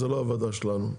זו לא הוועדה שלנו.